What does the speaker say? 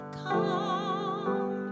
come